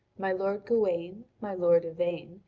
my lord gawain, my lord yvain,